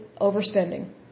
overspending